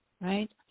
right